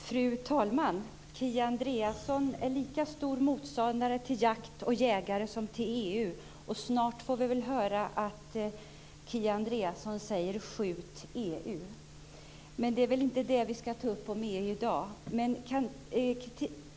Fru talman! Kia Andreasson är en lika stor motståndare till jakt och jägare som till EU, och snart får vi väl höra att Kia Andreasson säger: Skjut EU! Men det är väl inte det som vi ska ta upp i dag.